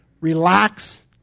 relax